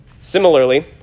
Similarly